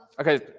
Okay